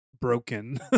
broken